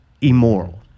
immoral